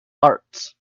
arts